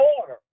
order